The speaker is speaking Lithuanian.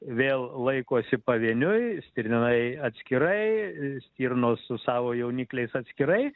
vėl laikosi pavieniui stirninai atskirai stirnos su savo jaunikliais atskirai